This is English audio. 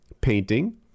painting